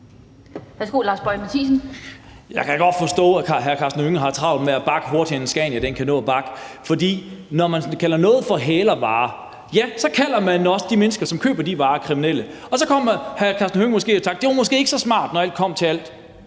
Jeg kan godt forstå, at hr. Karsten Hønge har travlt med at bakke hurtigere end en Scania, for når man kalder noget for hælervarer, kalder man også de mennesker, som køber de varer, for kriminelle. Så kommer hr. Karsten Hønge måske i tanke om, at det måske ikke, når alt kommer til alt,